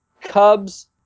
Cubs